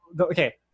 okay